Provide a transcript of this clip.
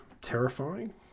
terrifying